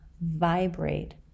Vibrate